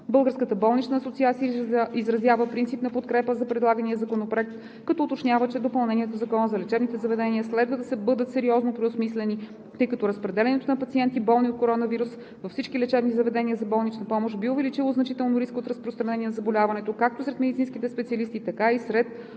Българската болнична асоциация изразява принципна подкрепа за предлагания законопроект, като уточнява, че допълненията в Закона за лечебните заведения следва да бъдат сериозно преосмислени, тъй като разпределянето на пациенти, болни от коронавирус във всички лечебни заведения за болнична помощ, би увеличило значително риска от разпространение на заболяването както сред медицинските специалисти, така и сред